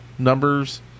Numbers